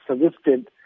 suggested